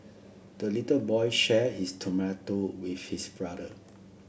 the little boy share his tomato with his brother